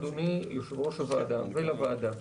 אדוני יושב-ראש הוועדה ולוועדה,